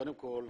קודם כול,